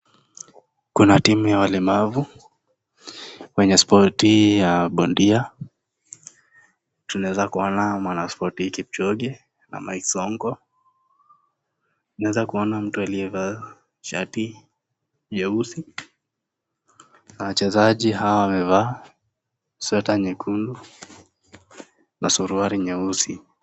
Kuna timu ya walemavu. wenye spoti ya bondia. Tunaweza Kuona mwanaspoti kipchoge na mike sonko. Tunaweza Kuona mtu aliyevalia shati jeusi. Wachezaji wamevalia sweta jekundu na suruali nyeusi.